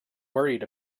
worried